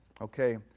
okay